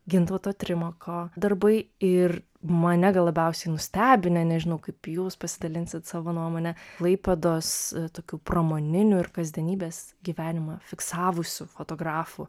gintauto trimako darbai ir mane gal labiausiai nustebinę nežinau kaip jūs pasidalinsit savo nuomone klaipėdos tokių pramoninių ir kasdienybės gyvenimą fiksavusių fotografų